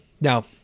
Now